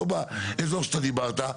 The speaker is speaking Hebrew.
לא באזור שאתה דיברת.